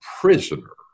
prisoner